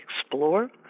explore